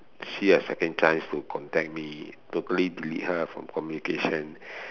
she a second chance to contact me totally delete her from communication